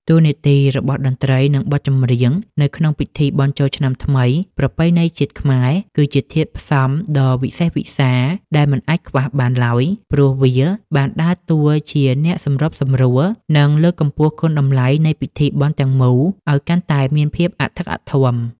តួនាទីរបស់តន្ត្រី និងបទចម្រៀងនៅក្នុងពិធីបុណ្យចូលឆ្នាំថ្មីប្រពៃណីជាតិខ្មែរ គឺជាធាតុផ្សំដ៏វិសេសវិសាលដែលមិនអាចខ្វះបានឡើយ ព្រោះវាបានដើរតួជាអ្នកសម្របសម្រួល និងលើកកម្ពស់គុណតម្លៃនៃពិធីបុណ្យទាំងមូលឱ្យកាន់តែមានភាពអធិកអធម។